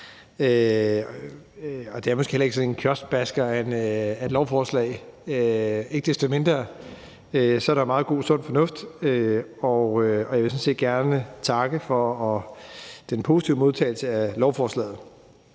det er måske heller ikke sådan en kioskbasker af et lovforslag. Ikke desto mindre er der meget god sund fornuft, og jeg vil sådan set gerne takke for den positive modtagelse af lovforslaget.